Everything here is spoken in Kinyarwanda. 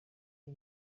iyo